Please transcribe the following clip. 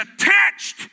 attached